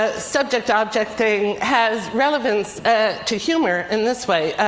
ah subject-object thing has relevance to humor in this way.